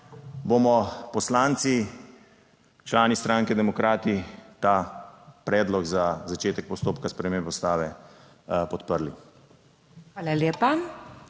bomo poslanci, člani stranke Demokrati ta predlog za začetek postopka spremembe Ustave podprli.